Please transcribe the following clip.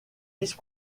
vice